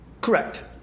Correct